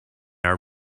are